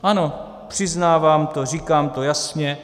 Ano, přiznávám to, říkám to jasně.